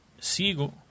sigo